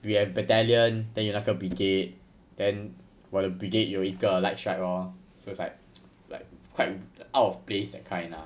we have battalion then 有那个 brigade then 我的 brigade 有一个 light strike lor so it's like like quite out of place that kind lah